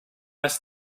ask